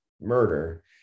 murder